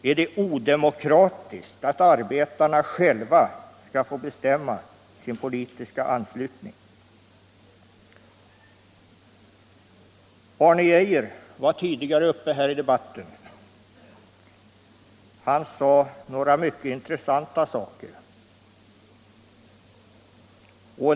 Är det odemokratiskt att arbetarna själva skall få bestämma sin politiska anslutning? Herr Arne Geijer var tidigare uppe i debatten. Han sade några mycket — intressanta saker.